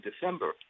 December –